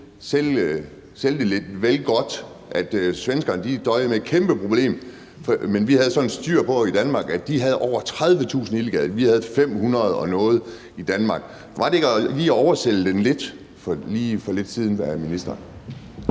sælge den lidt vel godt at sige, at svenskerne døjer med et kæmpe problem, men at vi har så meget styr på det i Danmark, at hvor de har over 30.000 illegale, så har vi 538 i Danmark? Var det ikke lige at oversælge den lidt for lidt siden fra ministerens